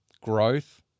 growth